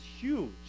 huge